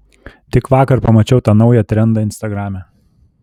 tik vakar pamačiau tą naują trendą instagrame